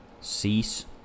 Cease